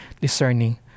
discerning